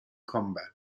combat